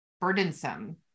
burdensome